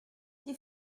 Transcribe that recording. die